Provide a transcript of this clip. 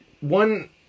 one